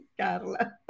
Carla